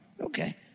Okay